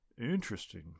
Interesting